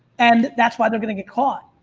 and that's why they're going to get caught.